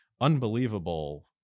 unbelievable